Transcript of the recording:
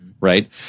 right